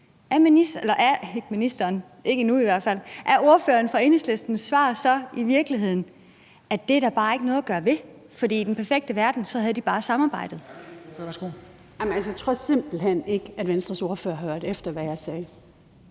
er ordføreren for Enhedslistens svar så i virkeligheden, at det er der bare ikke noget at gøre ved, for i den perfekte verden havde de bare samarbejdet? Kl. 10:46 Formanden (Henrik Dam Kristensen): Tak for det.